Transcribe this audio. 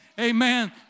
Amen